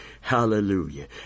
Hallelujah